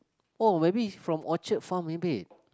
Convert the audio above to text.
oh maybe it's from orchard farm maybe